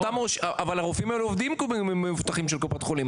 אבל הרופאים האלו עובדים עם מבוטחים של קופות החולים,